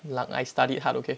luck I studied hard okay